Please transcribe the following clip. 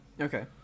Okay